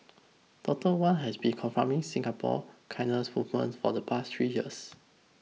Doctor Wan has been confronting Singapore kindness movement for the past three years